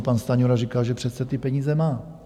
Pan Stanjura říkal, že přece ty peníze má.